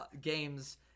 games